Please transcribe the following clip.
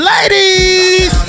Ladies